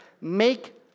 make